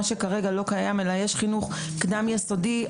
כרגע זה לא קיים, כרגע יש חינוך קדם יסודי.